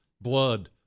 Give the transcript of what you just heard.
Blood